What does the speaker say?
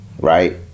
right